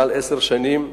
מעל עשר שנים,